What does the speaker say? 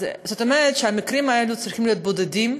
אז, זאת אומרת שהמקרים האלה צריכים להיות בודדים,